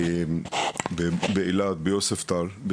באילת ביוספטל,